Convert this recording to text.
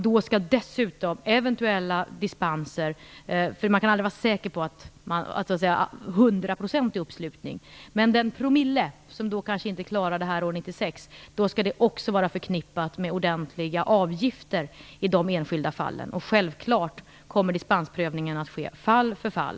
Då skall vi dessutom ha ordentliga avgifter förknippat med de enskilda fallen av dispenser, den promille som inte heller då klarar av att uppfylla kraven - man kan nämligen aldrig vara säker på uppnå en hundraprocentig uppslutning. Självfallet kommer då dispensprövningen att ske fall för fall.